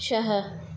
छह